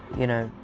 you know,